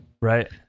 Right